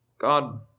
God